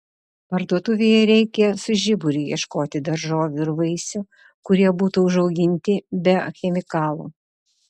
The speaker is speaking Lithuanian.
parduotuvėje reikia su žiburiu ieškoti daržovių ir vaisių kurie būtų užauginti be chemikalų